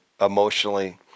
emotionally